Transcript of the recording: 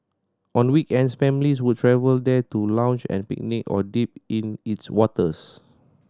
on weekends families would travel there to lounge and picnic or dip in its waters